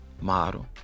model